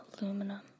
aluminum